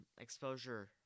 exposure